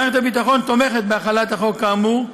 מערכת הביטחון תומכת בהחלת החוק כאמור.